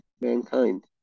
mankind